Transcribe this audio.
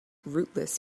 rootless